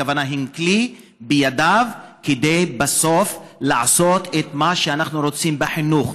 הכוונה היא שהם כלי בידינו כדי לעשות בסוף את מה שאנחנו רוצים בחינוך,